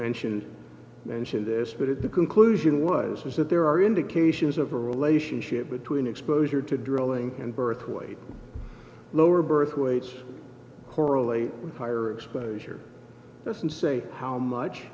mentioned mentioned this but at the conclusion was that there are indications of a relationship between exposure to drilling and birthweight lower birth weights correlate with higher exposure doesn't say how much